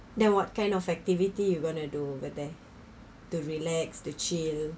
then what kind of activity you going to do over there the relax the chill